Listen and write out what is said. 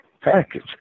package